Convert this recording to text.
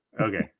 Okay